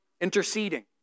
interceding